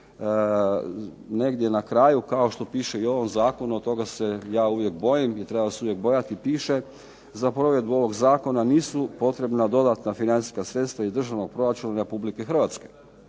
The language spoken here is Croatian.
negdje na kraju kao što piše u ovom zakonu, toga se ja uvijek bojim i treba se uvijek bojati, piše za provedbu ovoga Zakona nisu potrebna dodatna financijska sredstva iz državnog proračuna Republike Hrvatske.